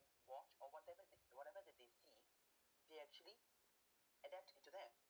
watch or whatever that whatever that they see they actually adapt into that